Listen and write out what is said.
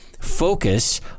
focus